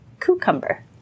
cucumber